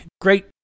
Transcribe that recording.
great